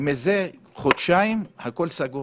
אבל מזה חודשיים הכול סגור